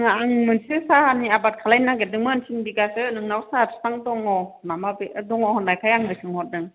आङो मोनसे साहानि आबाद खालायनो नागिरदोमोन थिन बिघासो नोंनाव साहा फिफां दङ नामा बे दङ होननायखाय आं सोंहरदों